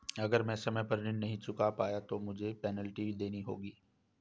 अगर मैं समय पर ऋण नहीं चुका पाया तो क्या मुझे पेनल्टी देनी होगी?